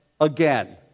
again